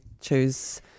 choose